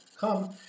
come